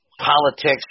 politics